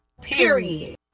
Period